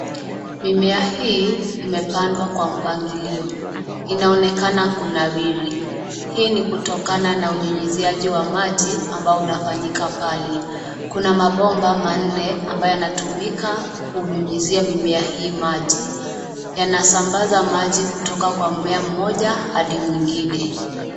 Mimea hii imepandwa kwa mpangilio, inaonekana kunawiri hii ni kutokana unyunyuziaji wa maji ambao unafanyika pale. Kuna mabomba manne ambayo yanatumika kunyunyizia mimea hii maji, yanasambaza maji kutoka kwa mmea mmoja hadi mwingine.